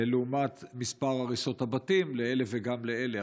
לעומת מספר הריסות הבתים לאלה וגם לאלה.